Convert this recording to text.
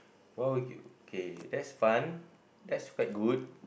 what would you okay that's fun that's quite good